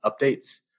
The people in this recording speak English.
updates